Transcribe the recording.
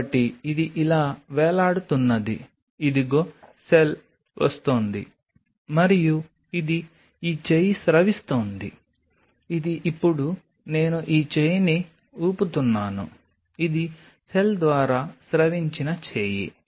కాబట్టి ఇది ఇలా వేలాడుతున్నది ఇదిగో సెల్ వస్తోంది మరియు ఇది ఈ చేయి స్రవిస్తోంది ఇది ఇప్పుడు నేను ఈ చేయిని ఊపుతున్నాను ఇది సెల్ ద్వారా స్రవించిన చేయి